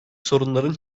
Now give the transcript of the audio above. sorunların